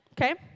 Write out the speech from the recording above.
Okay